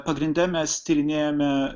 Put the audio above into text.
pagrinde mes tyrinėjome